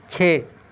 چھ